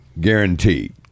Guaranteed